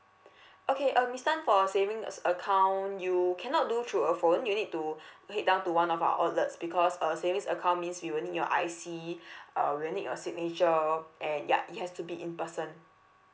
okay uh miss tan for savings account you cannot do through a phone you need to head down to one of our outlets because uh savings account means we will need your I_C uh we'll need your signature and ya it has to be in person